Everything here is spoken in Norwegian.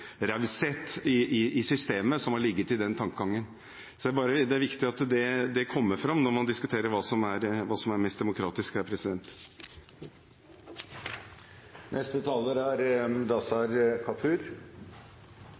vært en slags raushet i systemet, som har ligget i den tankegangen. Det er viktig at det kommer fram når man diskuterer hva som er mest